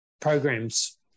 programs